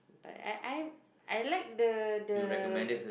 but I I I like the the